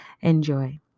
enjoy